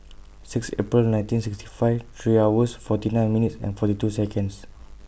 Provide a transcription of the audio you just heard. six April nineteen sixty five three hours forty nine minutes and forty two Seconds